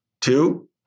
two